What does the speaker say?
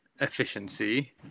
efficiency